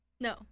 No